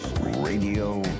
Radio